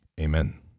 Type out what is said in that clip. Amen